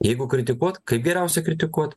jeigu kritikuot kaip geriausia kritikuot